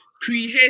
create